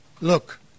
Look